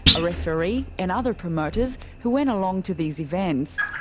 a referee, and other promoters who went along to these events.